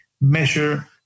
measure